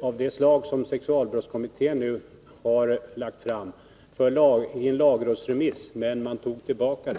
av det slag som sexualbrottskommittén nu har lagt fram på lagrådsremiss, men man tog tillbaka det.